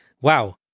wow